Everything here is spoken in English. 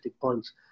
points